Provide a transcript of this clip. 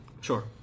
Sure